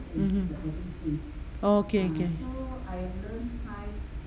mmhmm okay can